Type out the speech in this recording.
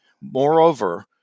Moreover